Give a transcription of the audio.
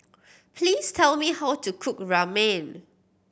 please tell me how to cook Ramen